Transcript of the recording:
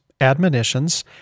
admonitions